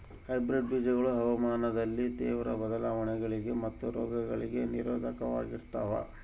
hybrid ಬೇಜಗಳು ಹವಾಮಾನದಲ್ಲಿನ ತೇವ್ರ ಬದಲಾವಣೆಗಳಿಗೆ ಮತ್ತು ರೋಗಗಳಿಗೆ ನಿರೋಧಕವಾಗಿರ್ತವ